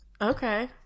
Okay